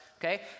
Okay